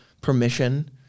Permission